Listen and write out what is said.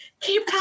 keep